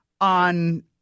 on